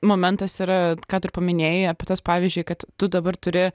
momentas yra ką tu ir paminėjai apie tas pavyzdžiui kad tu dabar turi